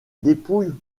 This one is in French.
dépouille